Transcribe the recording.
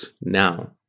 now